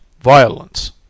violence